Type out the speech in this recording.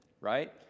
right